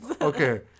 Okay